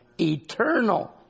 Eternal